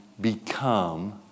become